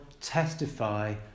testify